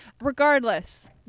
Regardless